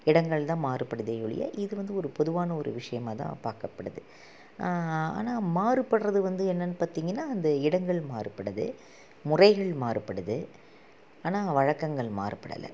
இடங்கள்தான் மாறுபடுதே ஒழிய இது வந்து ஒரு பொதுவான ஒரு விஷயமா தான் பார்க்கப்படுது ஆனால் மாறுபடுறது வந்து என்னென்னு பார்த்தீங்கன்னா அந்த இடங்கள் மாறுபடுது முறைகள் மாறுபடுது ஆனால் வழக்கங்கள் மாறுபடலை